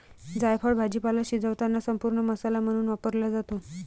जायफळ भाजीपाला शिजवताना संपूर्ण मसाला म्हणून वापरला जातो